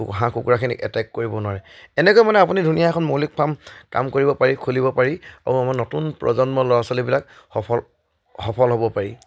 হাঁহ কুকুৰাখিনি এটেক কৰিব নোৱাৰে এনেকৈ মানে আপুনি ধুনীয়া এখন মৌলিক ফাৰ্ম কাম কৰিব পাৰি খুলিব পাৰি আৰু আমাৰ নতুন প্ৰজন্মৰ ল'ৰা ছোৱালীবিলাক সফল সফল হ'ব পাৰি